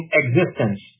existence